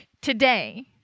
today